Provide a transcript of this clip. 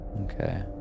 Okay